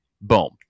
Boom